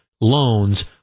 loans